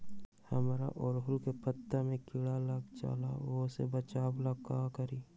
हमरा ओरहुल के पत्ता में किरा लग जाला वो से बचाबे ला का करी?